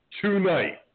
tonight